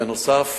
בנוסף,